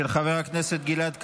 של חבר הכנסת גלעד קריב,